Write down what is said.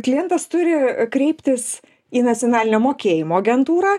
klientas turi kreiptis į nacionalinę mokėjimo agentūrą